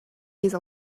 these